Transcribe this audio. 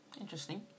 interesting